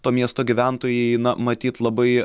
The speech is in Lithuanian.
to miesto gyventojai na matyt labai